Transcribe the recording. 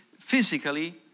physically